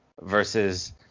versus